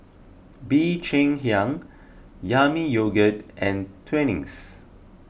Bee Cheng Hiang Yami Yogurt and Twinings